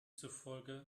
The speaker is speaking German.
zufolge